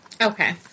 Okay